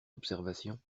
observation